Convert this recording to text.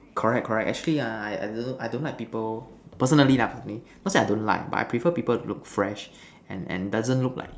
correct correct actually ah I I don't like people personally lah for me not say I don't like I prefer people to look fresh and and doesn't look like